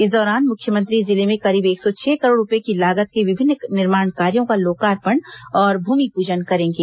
इस दौरान मुख्यमंत्री जिले में करीब एक सौ छह करोड़ रूपये की लागत के विभिन्न निर्माण कार्यों का लोकार्पण और भूमिपूजन करेंगे